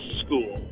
school